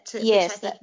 Yes